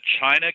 China